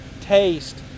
taste